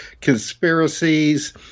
conspiracies